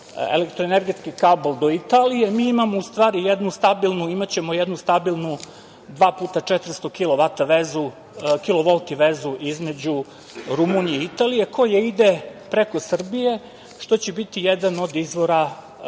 elektroenergetski kabal do Italije. Mi imao u stvari jednu stabilnu, imaćemo stabilnu dva puta 400 kilovolti vezu između Rumunije i Italije koja ide preko Srbije, što će biti jedan od izvora